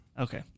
Okay